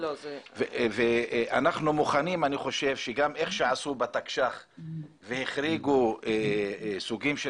ואנחנו מוכנים כמו שעשו בתקש"ח והחריגו סוגים של